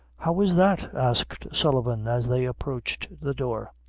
how is that? asked sullivan, as they approached the door.